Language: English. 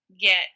get